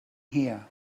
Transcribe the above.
here